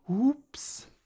Oops